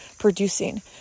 Producing